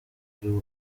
ari